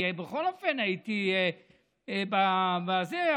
אני הייתי בזה.